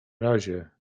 razie